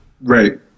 Right